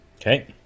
Okay